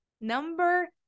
number